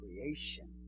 creation